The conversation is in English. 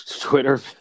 Twitter